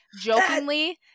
Jokingly